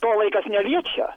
to laikas neliečia